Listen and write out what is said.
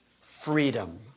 freedom